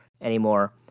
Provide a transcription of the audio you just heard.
anymore